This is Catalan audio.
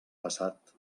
passat